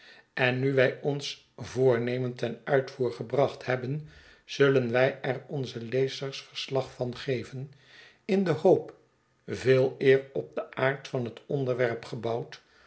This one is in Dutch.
en nu wij ons voornemen ten uitvoer gebracht hebben zullen wij er onze lezers verslag van geven in de hoop veeleer op den aard van het onderwerp gebouwd